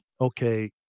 okay